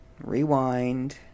rewind